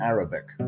Arabic